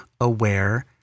aware